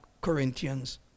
Corinthians